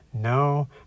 No